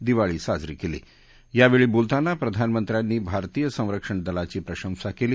दिवाळी साजरी यावेळी बोलताना प्रधानमंत्र्यांनी भारतीय संरक्षण दलांची प्रशंसा केली